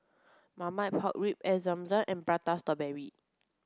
marmite pork ribs air Zam Zam and prata strawberry